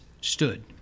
stood